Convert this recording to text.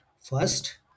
First